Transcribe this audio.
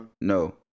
no